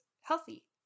Healthy